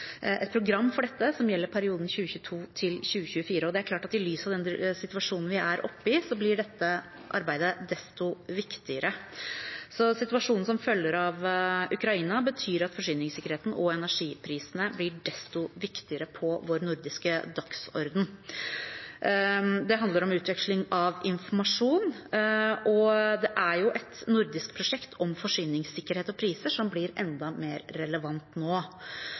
et nytt nordisk energipolitisk samarbeidsprogram for dette, som gjelder perioden 2022–2024. Det er klart at i lys av den situasjonen vi er oppe i, blir dette arbeidet desto viktigere. Situasjonen som følger av Ukraina, betyr at forsyningssikkerheten og energiprisene blir desto viktigere på vår nordiske dagsorden. Det handler om utveksling av informasjon, og det er jo et nordisk prosjekt om forsyningssikkerhet og priser som blir enda mer relevant nå.